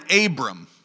Abram